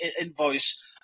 invoice